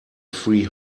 free